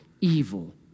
evil